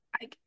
I-